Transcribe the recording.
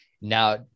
now